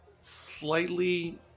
slightly